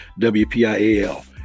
WPIAL